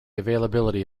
availability